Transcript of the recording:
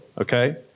okay